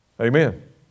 Amen